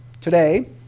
Today